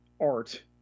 art